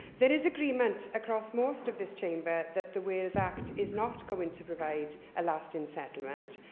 there is agreement across most of this chamber that the wales act is not going to provide a lasting settlement,